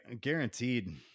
guaranteed